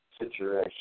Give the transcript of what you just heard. situation